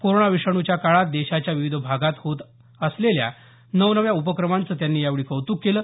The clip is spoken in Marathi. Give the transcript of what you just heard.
कोरोना विषाणूच्या काळात देशाच्या विविध भागात होत असलेल्या नवनव्या उपक्रमांचं त्यांनी यावेळी कौतूक केलं